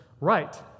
right